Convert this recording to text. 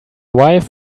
wife